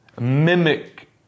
mimic